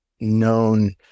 known